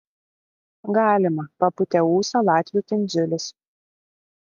galima papūtė ūsą latvių kindziulis